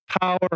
power